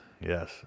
yes